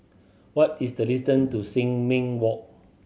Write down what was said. what is the distant to Sin Ming Walk